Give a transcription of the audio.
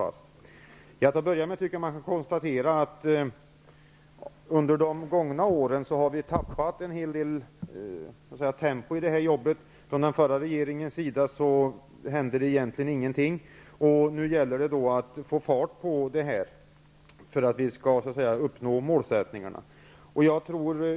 Till att börja med kan man konstatera att tempot under de gångna åren har mattats av i det här arbetet. Under den förra regeringens tid hände det egentligen ingenting. Nu gäller det att få fart på arbetet för att målsättningarna skall kunna uppnås.